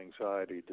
anxiety